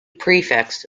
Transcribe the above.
prefects